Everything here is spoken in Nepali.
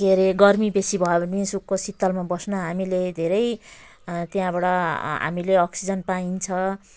के अरे गर्मी बेसी भयो भने सुको शीतलमा बस्न हामीले धेरै त्यहाँबाट हामीले अक्सिजन पाइन्छ